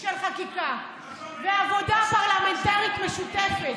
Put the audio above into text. של חקיקה ועבודה פרלמנטרית משותפת.